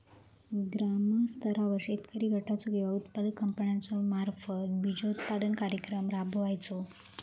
ग्रामस्तरावर शेतकरी गटाचो किंवा उत्पादक कंपन्याचो मार्फत बिजोत्पादन कार्यक्रम राबायचो?